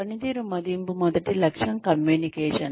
పనితీరు మదింపు మొదటి లక్ష్యం కమ్యూనికేషన్